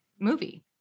movie